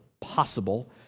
possible